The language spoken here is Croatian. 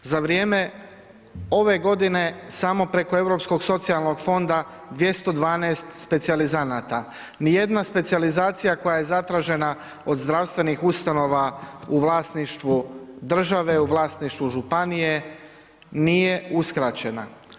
Za vrijeme ove godine samo preko europskog socijalnog fonda 212 specijalizanata, ni jedna specijalizacija koja je zatražena od zdravstvenih ustanova u vlasništvu države, u vlasništvu županije, nije uskraćena.